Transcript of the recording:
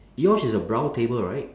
yours is a brown table right